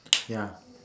ya